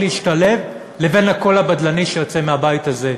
להשתלב לבין הקול הבדלני שיוצא מהבית הזה.